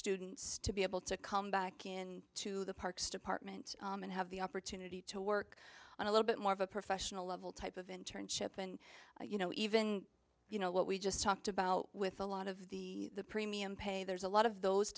students to be able to come back in to the parks department and have the opportunity to work on a little bit more of a professional level type of internship and you know even you know what we just talked about with a lot of the premium pay there's a lot of those